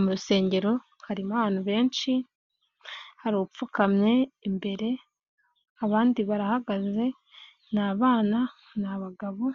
Mu rusengero harimo abantu benshi hari upfukamye imbere, abandi barahagaze, ni abana, ni abagabo,